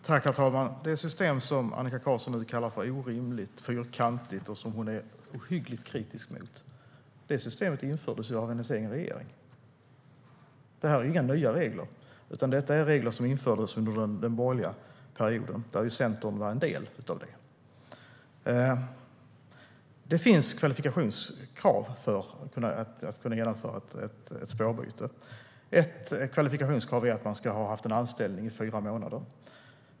Herr talman! Det system som Annika Qarlsson nu kallar för orimligt fyrkantigt och som hon är ohyggligt kritisk mot infördes av hennes egen regering. Det här är inga nya regler. De infördes under den borgerliga perioden, då Centern var en del av regeringen. Det finns kvalifikationskrav för att ett spårbyte ska kunna genomföras. Ett krav är att man ska ha haft en anställning i fyra månader.